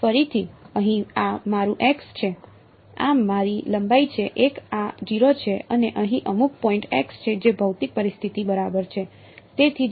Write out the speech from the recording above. તો ફરીથી અહીં આ મારું x છે આ મારી લંબાઈ છે l આ 0 છે અને અહીં અમુક પોઇન્ટ x છે જે ભૌતિક પરિસ્થિતિ બરાબર છે